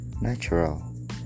natural